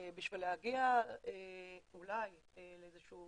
כדי להגיע אולי לאיזה שהוא